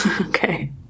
Okay